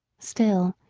still,